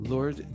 Lord